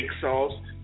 sauce